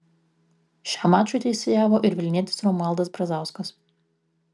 šiam mačui teisėjavo ir vilnietis romualdas brazauskas